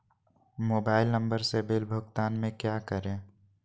Mobile number से bill भुगतान में क्या करें?